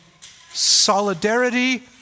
solidarity